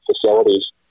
facilities